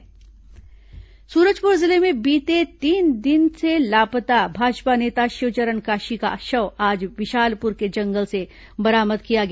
भाजपा नेता हत्या सूरजपुर जिले में बीते तीन दिन से लापता भाजपा नेता शिवचरण काशी का शव आज विशालपुर के जंगल से बरामद किया गया